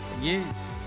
Yes